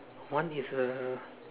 one is a